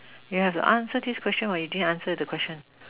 you have to answer this question what you didn't answer the question